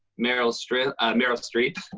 meryl strip meryl streep.